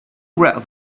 read